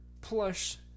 plush